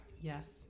Yes